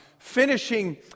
Finishing